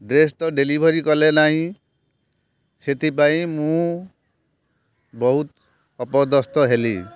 dress ତ delivery କଲେ ନାହିଁ ସେଥିପାଇଁ ମୁଁ ବହୁତ ଅପଦସ୍ତ ହେଲି